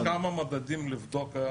יש כמה מדדים לבדוק.